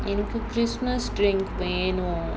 எனக்கு:ennakku christmas drink வேணும்:venum